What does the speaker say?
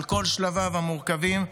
על כל שלביו המורכבים,